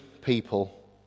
people